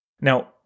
Now